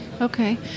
Okay